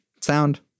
sound